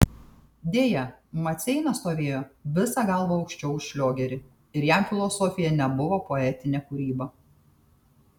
deja maceina stovėjo visa galva aukščiau už šliogerį ir jam filosofija nebuvo poetinė kūryba